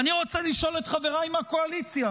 ואני רוצה לשאול את חבריי מהקואליציה,